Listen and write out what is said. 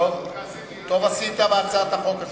טוב עשית בהצעת החוק הזאת.